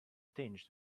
tinged